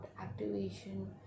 activation